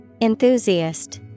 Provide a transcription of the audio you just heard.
Enthusiast